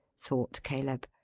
thought caleb.